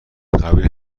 قبیل